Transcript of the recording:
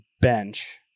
bench